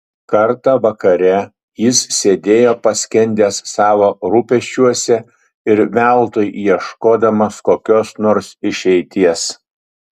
kartą vakare jis sėdėjo paskendęs savo rūpesčiuose ir veltui ieškodamas kokios nors išeities